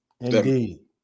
indeed